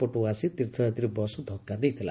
ପଟୁ ଆସି ତୀର୍ଥଯାତ୍ରୀ ବସ୍ ଧକ୍କା ଦେଇଥିଲା